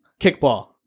kickball